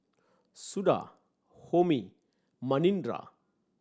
Suda Homi Manindra